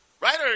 right